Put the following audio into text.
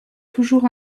toujours